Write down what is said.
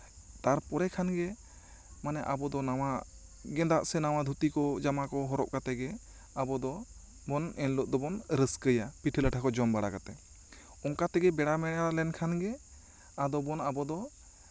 ᱛᱟᱨᱯᱚᱨᱮ ᱠᱷᱟᱱᱜᱮ ᱟᱵᱚ ᱫᱚ ᱱᱟᱣᱟ ᱜᱮᱫᱟᱜ ᱥᱮ ᱫᱷᱩᱛᱤ ᱠᱚ ᱦᱚᱨᱚᱜ ᱠᱟᱛᱮᱜ ᱜᱮ ᱟᱵᱚ ᱫᱚ ᱵᱚᱱ ᱮᱱ ᱦᱤᱞᱳᱜ ᱫᱚᱵᱚᱱ ᱨᱟᱹᱥᱠᱟᱹᱭᱟ ᱯᱤᱴᱷᱟᱹ ᱞᱟᱴᱷᱟ ᱠᱚ ᱡᱚᱢ ᱵᱟᱲᱟ ᱠᱟᱛᱮᱜ ᱚᱱᱠᱟ ᱛᱮᱜᱮ ᱵᱮᱲᱮ ᱢᱮᱲᱟ ᱞᱮᱱᱠᱷᱟᱱᱜᱮ ᱟᱫᱚ ᱵᱚᱱ ᱟᱵᱚ ᱫᱚ